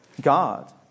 God